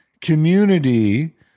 community